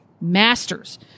masters